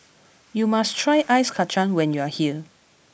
you must try Ice Kachang when you are here